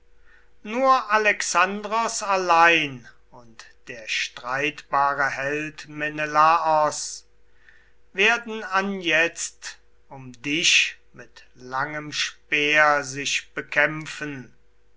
nur alexandros allein und der streitbare held menelaos werden anjetzt um das weib mit langem speer sich bekämpfen